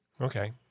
Okay